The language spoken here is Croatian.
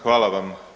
Hvala vam.